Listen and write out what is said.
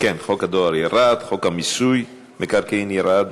חוק הדואר ירד וחוק מיסוי המקרקעין ירד.